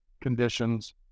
conditions